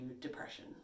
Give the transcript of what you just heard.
depression